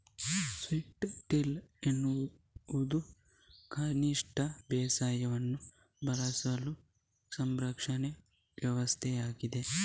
strip till ಎನ್ನುವುದು ಕನಿಷ್ಟ ಬೇಸಾಯವನ್ನು ಬಳಸುವ ಸಂರಕ್ಷಣಾ ವ್ಯವಸ್ಥೆಯಾಗಿದೆ